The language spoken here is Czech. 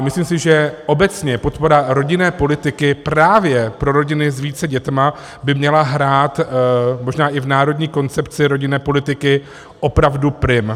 Myslím si, že obecně podpora rodinné politiky právě pro rodiny s více dětmi by měla hrát možná i v národní koncepci rodinné politiky opravdu prim.